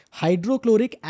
hydrochloric